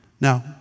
Now